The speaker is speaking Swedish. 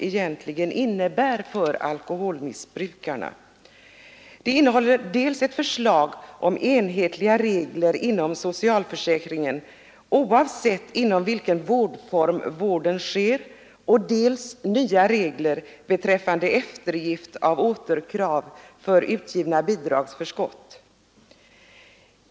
Propositionen innehåller dels ett förslag om enhetliga regler inom socialförsäkringen, oavsett inom vilken vårdform vården sker, dels nya regler beträffande eftergift av återkrav för utgivna bidragsförskott.